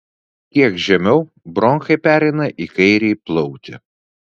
kiek žemiau bronchai pereina į kairįjį plautį